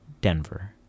Denver